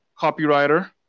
copywriter